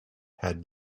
had